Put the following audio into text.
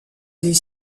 des